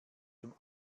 zum